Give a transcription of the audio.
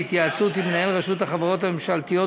בהתייעצות עם מנהל רשות החברות הממשלתיות,